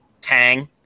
Tang